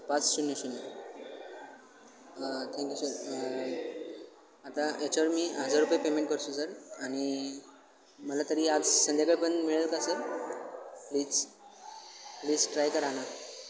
पाच शून्य शून्य थँक्यू सर आता याच्यावर मी हजार रुपये पेमेंट करतो सर आणि मला तरी आज संध्याकाळपर्यंत मिळेल का सर प्लीज प्लीज ट्राय करा ना